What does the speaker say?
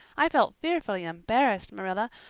i felt fearfully embarrassed, marilla,